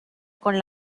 con